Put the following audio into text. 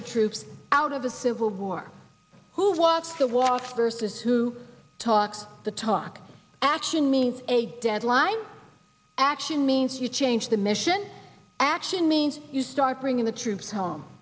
the troops out of the civil war who wants to watch vs who talks the talk action means a deadline action means you change the mission action means you start bringing the troops home